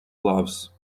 loves